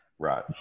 Right